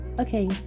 okay